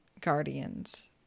guardians